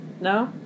No